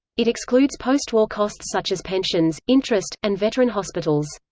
it excludes postwar costs such as pensions, interest, and veteran hospitals.